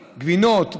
גבינות,